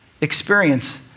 experience